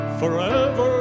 forever